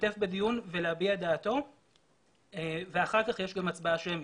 להשתתף בדיון ולהביע את דעתו ואחר כך יש גם הצבעה שמית.